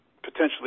potentially